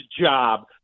job